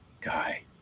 guy